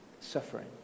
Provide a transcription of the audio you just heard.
suffering